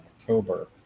October